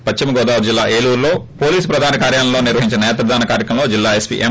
పశ్చిమ గోదావరి జిల్లా ఏలూరులో పోలీసు ప్రధాన కార్యాలయంలో నిర్వహించిన నేత్రదాన కార్యక్రమంలో జిల్లా ఎస్పీ ఎం